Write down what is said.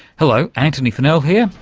hello, antony funnell here,